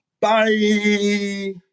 bye